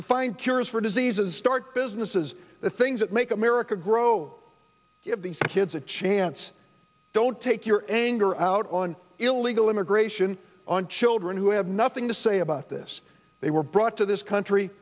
to find cures for diseases start businesses the things that make america grow you have these kids a chance don't take your anger out on illegal immigration on children who have nothing to say about this they were brought to this country